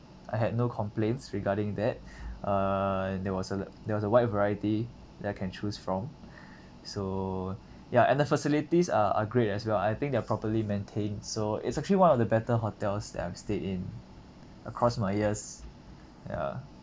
I had no complaints regarding that err there was a there was a wide variety that I can choose from so ya and the facilities are are great as well I think they're properly maintained so it's actually one of the better hotels that I've stayed in across my years ya